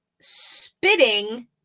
spitting